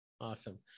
Awesome